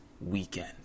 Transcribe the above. weekend